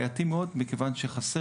היעדר הכרה וחוסר